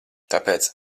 tāpēc